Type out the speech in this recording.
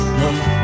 love